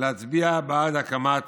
להצביע בעד הקמת